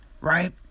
Right